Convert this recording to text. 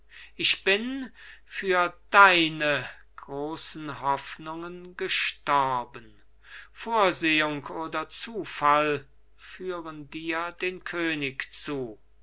ich bin für deine großen hoffnungen gestorben vorsehung oder zufall führen dir den könig zu